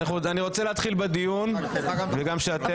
אני רוצה להתחיל בדיון וגם שאתם